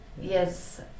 yes